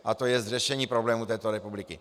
A to je řešení problémů této republiky.